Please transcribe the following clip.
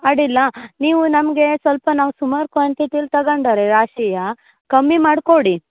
ಅಡ್ಡಿಲ್ಲ ನೀವು ನಮಗೆ ಸ್ವಲ್ಪ ನಾವು ಸುಮಾರು ಕ್ವಾಂಟಿಟಿಯಲ್ಲಿ ತಗೊಂಡರೆ ರಾಶಿಯಾ ಕಮ್ಮಿ ಮಾಡಿ ಕೊಡಿ